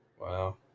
Wow